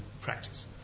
practice